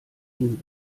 ihnen